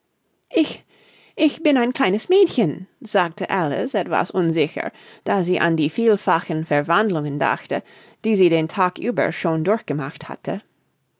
ich ich bin ein kleines mädchen sagte alice etwas unsicher da sie an die vielfachen verwandlungen dachte die sie den tag über schon durchgemacht hatte